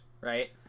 right